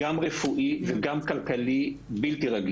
גם רפואי וגם כלכלי.